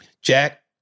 Jack